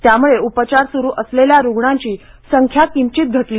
त्यामुळे उपचार सुरू असलेल्या रुग्णांची संख्या किंचित घटली